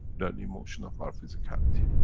that emotion of our physicality.